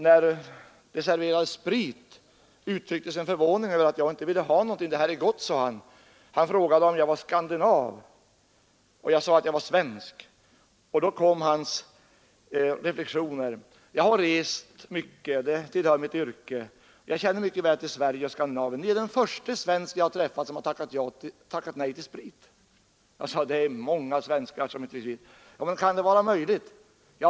När det serverades sprit uttryckte han sin förvåning över att jag inte ville ha någonting. ”Det här är gott”, sade han och frågade om jag var skandinav. Jag sade att jag var svensk. Då kom hans reflexioner: ”Jag har rest mycket — det tillhör mitt yrke — och jag känner mycket väl till Sverige och Skandinavien. Ni är den förste svensk jag har träffat som har tackat nej till sprit.” Jag svarade: ”Det är många svenskar som inte dricker sprit.” — ”Men kan det vara möjligt?” undrade han.